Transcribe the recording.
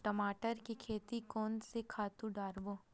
टमाटर के खेती कोन से खातु डारबो?